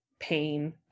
pain